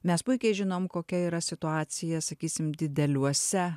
mes puikiai žinom kokia yra situacija sakysim dideliuose